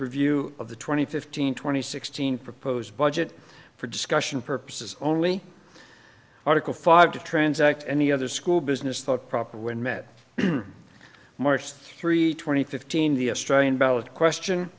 preview of the twenty fifteen twenty sixteen proposed budget for discussion purposes only article five to transact any other school business thought proper when met march three twenty fifteen the australian ballot question